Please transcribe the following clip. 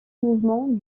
mouvements